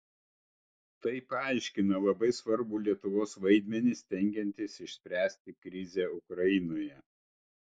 tai paaiškina labai svarbų lietuvos vaidmenį stengiantis išspręsti krizę ukrainoje